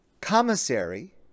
commissary